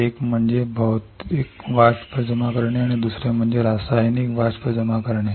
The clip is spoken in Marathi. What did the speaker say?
एक म्हणजे भौतिक वाष्प जमा करणे आणि दुसरे म्हणजे रासायनिक वाष्प जमा करणे